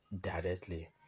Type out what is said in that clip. directly